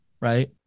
right